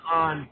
on